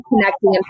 connecting